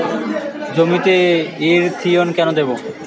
জমিতে ইরথিয়ন কেন দেবো?